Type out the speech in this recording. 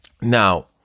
Now